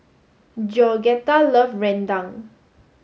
Georgetta love Rendang